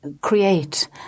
create